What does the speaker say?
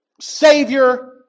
Savior